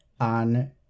on